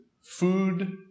food